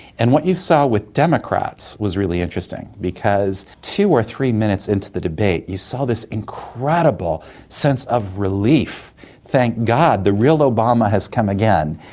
and what you saw with democrats was really interesting because two or three minutes into the debate you saw this incredible sense of relief thank god, the real obama has come again.